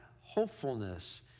hopefulness